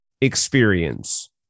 experience